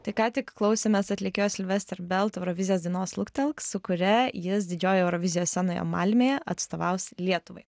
tai ką tik klausėmės atlikėjo silvester belt eurovizijos dainos luktelk su kuria jis didžiojoje eurovizijos scenoje malmėje atstovaus lietuvai